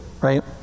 right